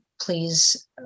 please